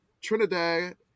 Trinidad